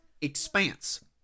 expanse